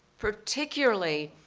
particularly,